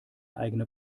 eigene